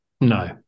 No